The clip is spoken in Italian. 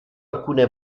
alcune